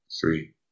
three